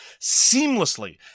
seamlessly